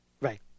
Right